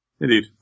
Indeed